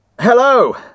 Hello